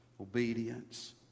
obedience